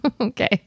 Okay